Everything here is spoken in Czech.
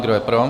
Kdo je pro?